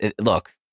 look